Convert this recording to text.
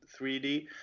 3D